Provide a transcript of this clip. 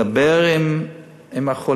מדבר עם החולים,